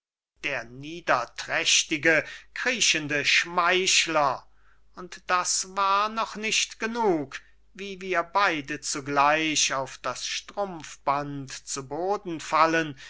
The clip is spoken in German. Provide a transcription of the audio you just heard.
nachtragen der niederträchtige kriechende schmeichler und das war noch nicht genug wie wir beide zugleich auf das strumpfband zu boden fallen